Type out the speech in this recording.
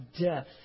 death